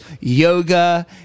yoga